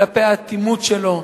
כלפי האטימות שלו,